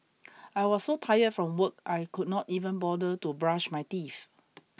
I was so tired from work I could not even bother to brush my teeth